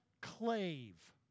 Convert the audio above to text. clave